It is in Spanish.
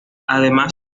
además